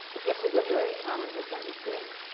but this is a very common misunderstanding.